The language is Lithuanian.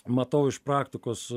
matau iš praktikos